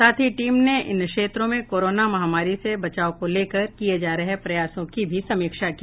साथ ही टीम ने इन क्षेत्रों में कोरोना महामारी से बचाव को लेकर किये जा रहे प्रयासों की भी समीक्षा की